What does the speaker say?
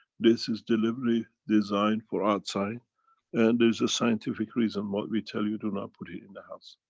this is deliberately designed for outside and there's a scientific reason what we tell you, do not put it in the house.